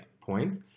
points